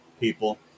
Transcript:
people